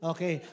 Okay